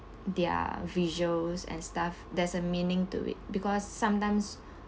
their visuals and stuff there's a meaning to it because sometimes